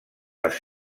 les